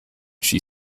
she